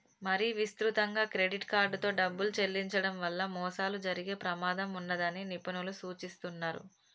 మరీ విస్తృతంగా క్రెడిట్ కార్డుతో డబ్బులు చెల్లించడం వల్ల మోసాలు జరిగే ప్రమాదం ఉన్నదని నిపుణులు సూచిస్తున్నరు